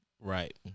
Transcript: right